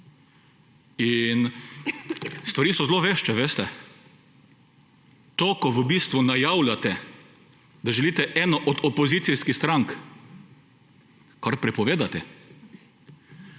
in stvari so zelo vešče, veste. To, kar v bistvu najavljate, da želite eno od opozicijskih strank, kar prepovedati